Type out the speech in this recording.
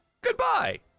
Goodbye